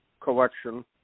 collection